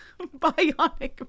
Bionic